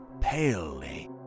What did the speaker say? palely